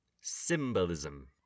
symbolism